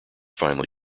finally